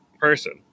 person